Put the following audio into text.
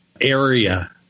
area